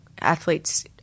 athletes